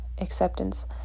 acceptance